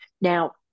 Now